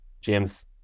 James